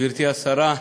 גברתי השרה,